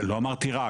לא אמרתי רק,